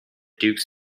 dukes